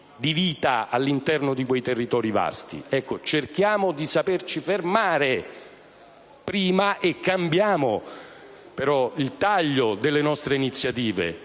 di vita all'interno di quei territori vasti. Ecco, cerchiamo di saperci fermare prima, cambiando però il taglio delle nostre iniziative,